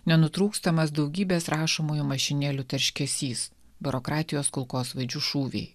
nenutrūkstamas daugybės rašomųjų mašinėlių tarškesys biurokratijos kulkosvaidžių šūviai